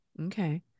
Okay